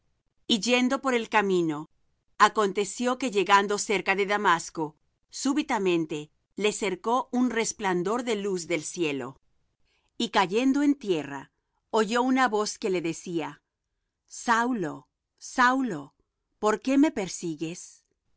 y yendo por el camino aconteció que llegando cerca de damasco súbitamente le cercó un resplandor de luz del cielo y cayendo en tierra oyó una voz que le decía saulo saulo por qué me persigues y